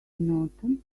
norton